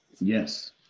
Yes